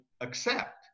accept